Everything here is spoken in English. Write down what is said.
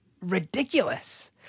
ridiculous